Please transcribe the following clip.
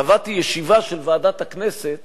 קבעתי ישיבה של ועדת הכנסת